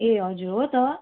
ए हजुर हो त